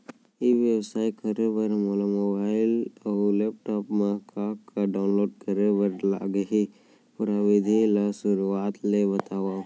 ई व्यवसाय करे बर मोला मोबाइल अऊ लैपटॉप मा का का डाऊनलोड करे बर लागही, पुरा विधि ला शुरुआत ले बतावव?